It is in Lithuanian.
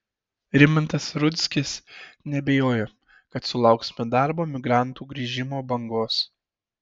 rimantas rudzkis neabejoja kad sulauksime darbo migrantų grįžimo bangos